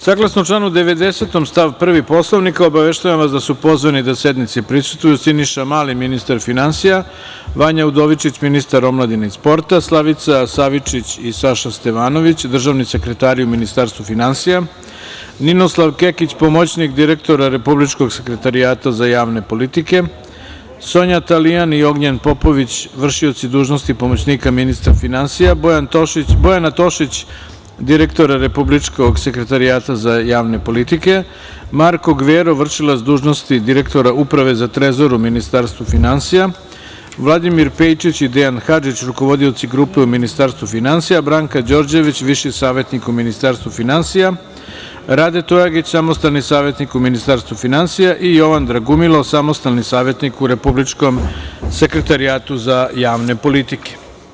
Saglasno članu 90. stav 1. Poslovnika obaveštavam vas da su pozvani da sednici prisustvuju Siniša Mali, ministar finansija, Vanja Udovičić ministar omladine i sporta, Slavica Savičić i Saša Stevanović državni sekretari u Ministarstvu finansija, Ninoslav Kekić, pomoćnik direktora Republičkog sekretarijata za javne politike, Sonja Talijan i Ognjen Popović vršioci dužnosti pomoćnika ministra finansija, Bojana Tošić, direktor Republičkog sekretarijata za javne politike, Marko Gvero, vršilac dužnosti direktor Uprave za Trezor u Ministarstvu finansija, Vladimir Pejčić i Dejan Hadžić, rukovodioci grupe u Ministarstvu finansija, Branka Đorđević viši savetnik u Ministarstvu finansija, Rade Tojagić samostalni savetnik u Ministarstvu finansija i Jovan Dragumilo, samostalni savetnik u Republičkom sekretarijatu za javne politike.